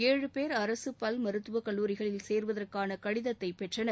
ஏழு பேர் அரசு பல் மருத்துவக் கல்லூரிகளில் சேருவதற்கான கடிதத்தைப் பெற்றனர்